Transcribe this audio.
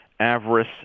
Avarice